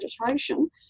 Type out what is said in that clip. meditation